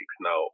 now